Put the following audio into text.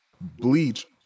bleach